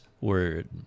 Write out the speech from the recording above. Word